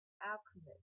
alchemist